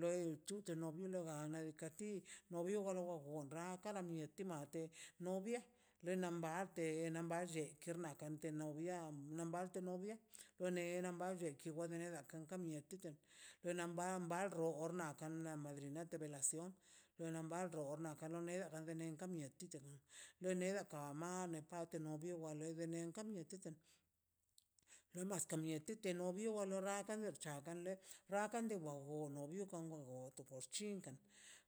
lo xchi c̱he tu noviega ana karti no brioga jalweki jal mieti malti novia lenan barte nele mball lle kerna kante no bi bia kerna kante novia wone wa balte wabeneda kan mieti nenan bal bal roor na a la madrina de velación wenan bar drior na kano neda bene ka mieti le neda kan man le parte novio ke wa lei bene kan mieti ken la mas kamieti te nio lar ka mior char kamie le rrakan ka wa loi to por chinkan